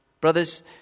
Brothers